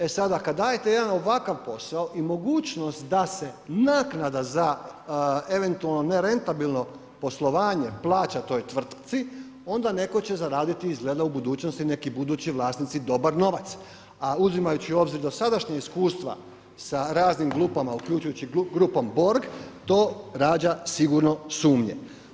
E sada kad dajete jedan ovakav posao i mogućnost da se naknada za eventualno nerentabilno poslovanje plaća toj tvrtci, onda neko će zaraditi izgleda u budućnosti neki budući vlasnici dobar novac, a uzimajući u obzir dosadašnja iskustva sa raznim grupama uključujući grupom Borg, to rađa sigurno sumnje.